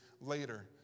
later